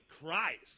Christ